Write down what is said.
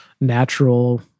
natural